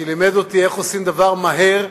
שלימד אותי איך עושים דבר מהר,